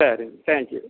சரிங்க தேங்க்யூ